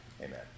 Amen